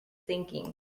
thinking